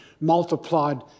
multiplied